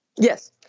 Yes